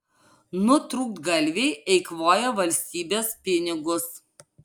nutrūktgalviai eikvoja valstybės pinigus